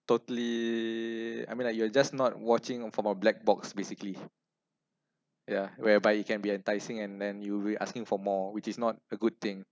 totally I mean like you are just not watching from a black box basically ya whereby you can be enticing and then you'll be asking for more which is not a good thing